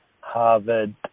Harvard